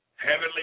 Heavenly